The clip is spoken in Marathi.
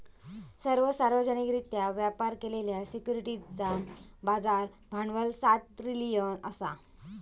सर्व सार्वजनिकरित्या व्यापार केलेल्या सिक्युरिटीजचा बाजार भांडवल सात ट्रिलियन असा